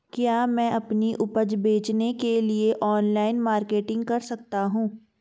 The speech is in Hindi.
क्या मैं अपनी उपज बेचने के लिए ऑनलाइन मार्केटिंग कर सकता हूँ?